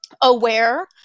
aware